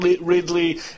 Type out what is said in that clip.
Ridley